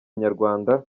inyarwanda